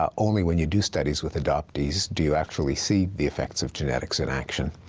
um only when you do studies with adoptees do you actually see the effects of genetics in action.